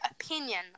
opinion